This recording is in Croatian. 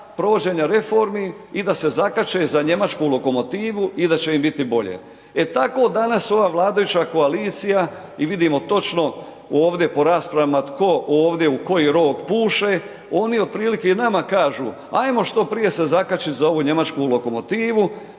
provođenja reformi i da se zakače za njemačku lokomotivu i da će im biti bolje. E tako danas ova vladajuća koalicija i vidimo točno ovdje po raspravama tko ovdje u koji rog puše, oni otprilike i nama kažu ajmo što prije se zakačit za ovu njemačku lokomotivu